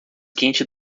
quente